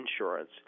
insurance